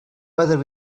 whether